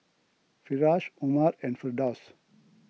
Firash Umar and Firdaus